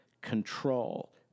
control